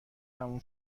تموم